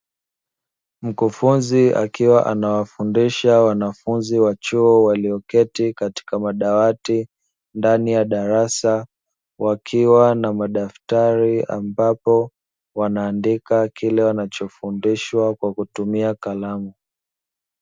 Mkufunzi akiwa anawafundisha wanafunzi wa chuo walioketi katika madawati ndani ya darasa, wakiwa na madaftari ambapo wanaandika kile wanachofundishwa kwa kutumia kalamu.